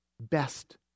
best